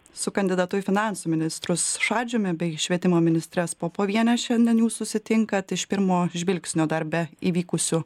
su kandidatu į finansų ministrus šadžiumi bei švietimo ministres popoviene šiandien jūs susitinkat iš pirmo žvilgsnio dar be įvykusių